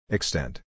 Extent